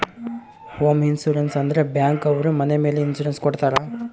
home insurance ಅಂದ್ರೆ bank ಅವ್ರು ಮನೆ ಮೇಲೆ ಇನ್ಸೂರೆನ್ಸ್ ಕೊಡ್ತಾರ